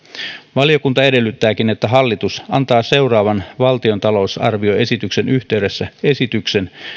valiokunta edellyttääkin että hallitus antaa seuraavan valtiontalousarvioesityksen yhteydessä esityksen